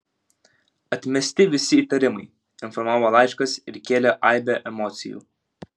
atmesti visi įtarimai informavo laiškas ir kėlė aibę emocijų